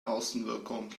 außenwirkung